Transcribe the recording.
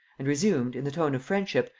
and resumed, in the tone of friendship,